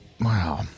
wow